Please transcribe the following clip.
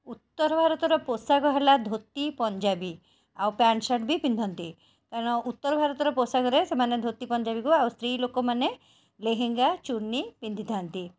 ଉତ୍ତର ଭାରତର ପୋଷାକ ହେଲା ଧୋତି ପଞ୍ଜାବୀ ଆଉ ପ୍ୟାଣ୍ଟ ସାର୍ଟ ବି ପିନ୍ଧନ୍ତି କାରଣ ଉତ୍ତର ଭାରତର ପୋଷାକରେ ସେମାନେ ଧୋତି ପଞ୍ଜାବୀକୁ ଆଉ ସ୍ତ୍ରୀଲୋକ ମାନେ ଲେହେଙ୍ଗା ଚୁନି ପିନ୍ଧିଥାନ୍ତି